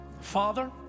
Father